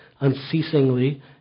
unceasingly